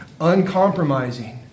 uncompromising